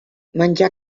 menjar